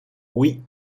oui